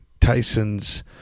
Tyson's